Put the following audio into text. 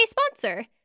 sponsor